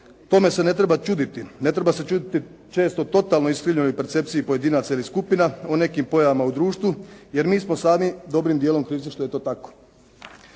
tome se ne treba čuditi, ne treba se čuditi često totalno iskrivljenoj percepciji pojedinaca ili skupina o nekim pojavama u društvu, jer mi smo sami dobrim dijelom krivi zašto je to tako.